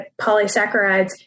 polysaccharides